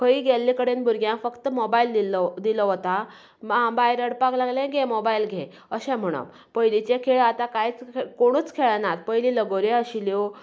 खंय गेल्ले कडेन भुरग्यांक फक्त मोबायल दिल्लो दिलो वता मा बाय रडपाक लागलें घे मोबायल घे अशें म्हणप पयलीचे खेळ आता कांयच कोणूच खेळनात पयलीं लगोऱ्यो आशिल्ल्यो